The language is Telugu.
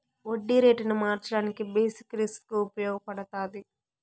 వడ్డీ రేటును మార్చడానికి బేసిక్ రిస్క్ ఉపయగపడతాది